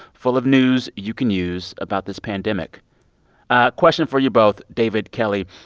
full of news you can use about this pandemic question for you both david, kelly,